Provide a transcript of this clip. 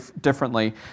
differently